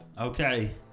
Okay